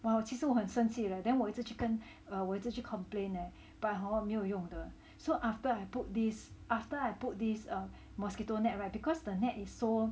!wah! 我其实我很生气了 then 我一直去跟我一直去 complain leh but hor 没有用的 so after I put this after I put this err mosquito net [right] because the net is so